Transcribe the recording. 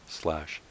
slash